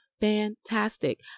fantastic